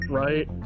right